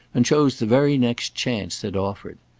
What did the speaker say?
and chose the very next chance that offered.